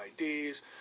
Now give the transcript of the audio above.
IDs